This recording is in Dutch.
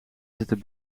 zitten